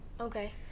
Okay